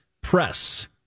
press